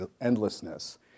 endlessness